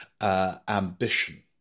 Ambition